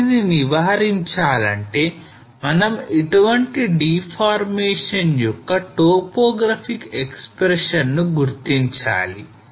దీనిని నివారించాలంటే మనం ఇటువంటి డిఫార్మేషన్ యొక్క topographic expression ను గుర్తించాలి